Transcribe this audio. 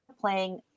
playing